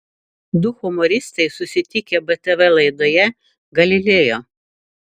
du humoristai susitikę btv laidoje galileo